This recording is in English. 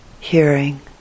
hearing